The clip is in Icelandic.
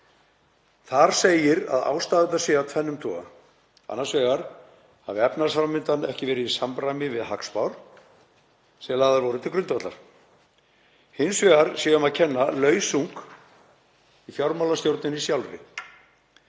Þar segir að ástæðurnar séu af tvennum toga. Annars vegar hafi efnahagsframvindan ekki verið í samræmi við hagspár sem lagðar voru til grundvallar. Hins vegar sé um að kenna lausung í fjármálastjórninni sjálfri,